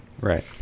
Right